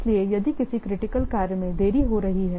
इसलिए यदि किसी क्रिटिकल कार्य में देरी हो रही है